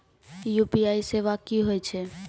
UPI सेवा की होय छै?